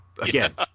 Again